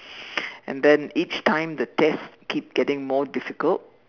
and then each time the test keep getting more difficult